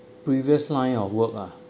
previous line of work ah